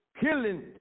killing